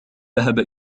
ذهب